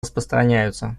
распространяются